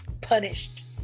punished